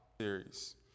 series